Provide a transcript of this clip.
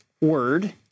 word